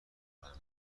بلند